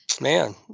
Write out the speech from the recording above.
man